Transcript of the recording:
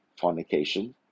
fornication